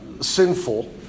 sinful